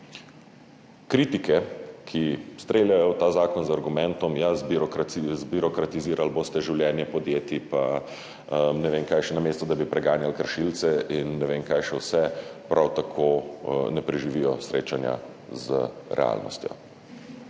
Kritike, ki streljajo v ta zakon z argumentom, zbirokratizirali boste življenje podjetij, namesto da bi preganjali kršilce in ne vem kaj še vse, prav tako ne preživijo srečanja z realnostjo.